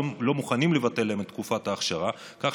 לא מוכנים לבטל להם את תקופת האכשרה כך